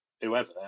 whoever